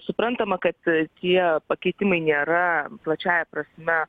suprantama kad tie pakeitimai nėra plačiąja prasme